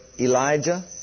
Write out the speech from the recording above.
Elijah